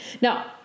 now